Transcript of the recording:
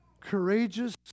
courageous